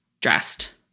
dressed